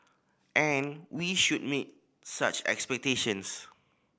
and we should meet such expectations